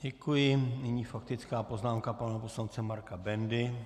Děkuji, nyní faktická poznámka pana poslance Marka Bendy.